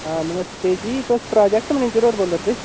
हां नमस्ते जी तुस project manager होर बोल्ला दे